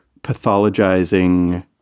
pathologizing